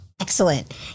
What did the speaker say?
Excellent